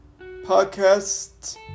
podcast